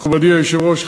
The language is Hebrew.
מכובדי היושב-ראש,